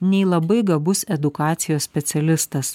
nei labai gabus edukacijos specialistas